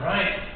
Right